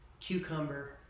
cucumber